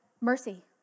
mercy